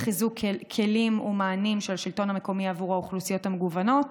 חיזוק כלים ומענים של השלטון המקומי עבור האוכלוסיות המגוונות.